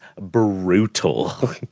brutal